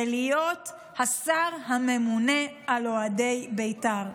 ולהיות השר הממונה על אוהדי בית"ר.